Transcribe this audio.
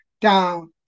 down